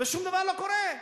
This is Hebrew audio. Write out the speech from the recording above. ושום דבר לא קורה,